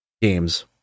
games